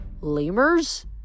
Lemurs